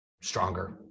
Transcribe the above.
stronger